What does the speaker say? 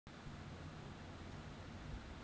স্বতলত্র যে ছব মালুস গিলা থ্যাকবেক লিজের মতল